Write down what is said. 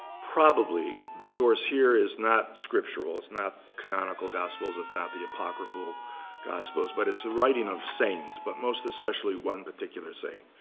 probably the source here is not scriptural it's not the canonical gospels. it's not the apocryphal gospels. but it's the writing of saints, but most especially, one particular saint.